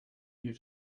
due